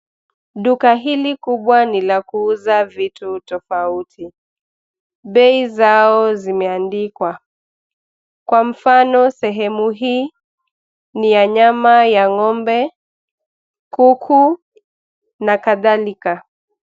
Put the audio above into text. Duka hili kubwa ni lakuuza vitu tofauti. Bei zao zimeandikwa kwa mfano sehemu hii ni ya nyama ya ngombe, kuku, na kadhalika.